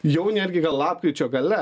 jau netgi lapkričio gale